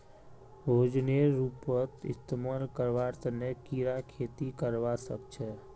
भोजनेर रूपत इस्तमाल करवार तने कीरा खेती करवा सख छे